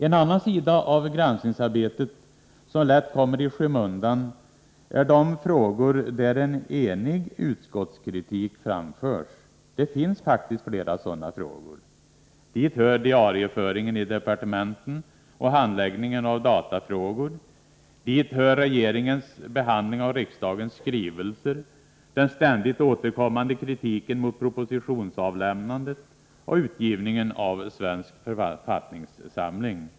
En annan sida av granskningsarbetet som lätt kommer i skymundan är de frågor där ett enigt utskott framför kritik. Det finns faktiskt flera sådana frågor. Dit hör diarieföreningen i departementen och handläggningen av datafrågor. Dit hör regeringens behandling av riksdagens skrivelser, den ständigt återkommande kritiken mot propositionsavlämnandet och utgivningen av Svensk författningssamling.